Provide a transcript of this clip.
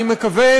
אני מקווה,